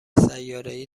سیارهای